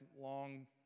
long